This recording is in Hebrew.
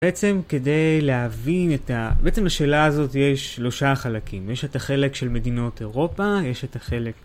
בעצם כדי להבין את ה..., בעצם לשאלה הזאת יש שלושה חלקים, יש את החלק של מדינות אירופה, יש את החלק